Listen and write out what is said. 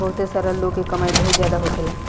बहुते सारा लोग के कमाई बहुत जादा होखेला